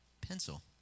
pencil